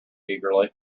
eagerly